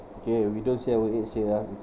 okay we don't share our age here ah